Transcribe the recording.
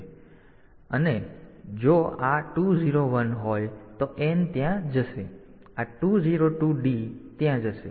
તેથી મને અહીં મુકવામાં આવશે અને જો આ 201 હોય તો N ત્યાં જશે તો આ 202 D ત્યાં જશે